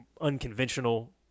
unconventional